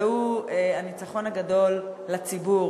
והוא הניצחון הגדול לציבור